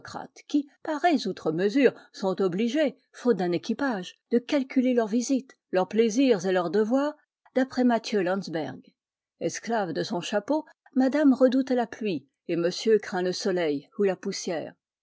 qui parés outre mesure sont obligés faute d'un équipage de calculer leurs visites leurs plaisirs et leurs devoirs d'après matthieu laensberg esclave de son chapeau madame redoute la pluie et monsieur craint le soleil ou la poussière